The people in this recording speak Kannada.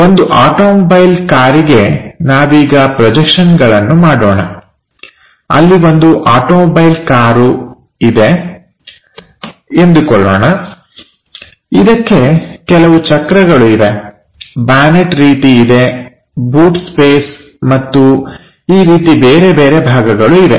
ಒಂದು ಆಟೋಮೊಬೈಲ್ ಕಾರಿಗೆ ನಾವೀಗ ಪ್ರೊಜೆಕ್ಷನ್ಗಳನ್ನು ಮಾಡೋಣ ಅಲ್ಲಿ ಒಂದು ಆಟೋಮೊಬೈಲ್ ಕಾರು ಇದೆ ಎಂದುಕೊಳ್ಳೋಣ ಇದಕ್ಕೆ ಕೆಲವು ಚಕ್ರಗಳು ಇವೆ ಬಾನೆಟ್ ರೀತಿ ಇದೆ ಬೂಟ್ ಸ್ಪೇಸ್ ಮತ್ತು ಈ ರೀತಿ ಬೇರೆ ಬೇರೆ ಭಾಗಗಳು ಇವೆ